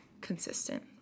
consistent